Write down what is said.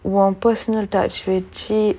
warm personal touch with cheap